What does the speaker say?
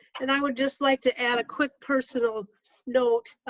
and i would just like to add a quick personal note